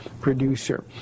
producer